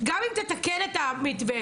כי לא נתנו להם את האפשרות והם גם לא רצו להתעמת.